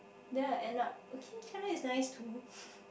then I end up okay China is nice too